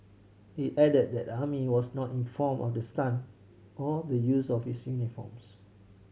it added that the army was not informed of the stunt or the use of its uniforms